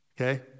Okay